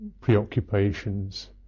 Preoccupations